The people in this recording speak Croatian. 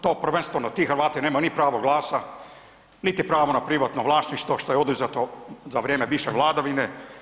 To prvenstvo ti Hrvati nema ni pravo glasa niti pravo na privatno vlasništvo što je oduzeto za vrijeme bivše vladavine.